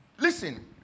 Listen